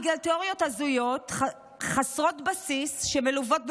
בגלל תאוריות הזויות, חסרות בסיס, שמלוות בבורות.